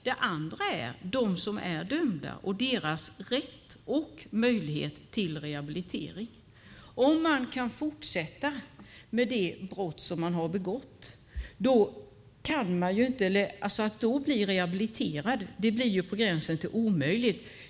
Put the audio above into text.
Det andra gäller dem som är dömda och deras rätt och möjlighet till rehabilitering. Om man kan fortsätta med det brott som man har begått är det ju på gränsen till omöjligt att bli rehabiliterad.